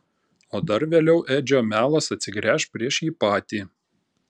o dar vėliau edžio melas atsigręš prieš jį patį